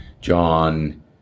John